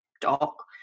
doc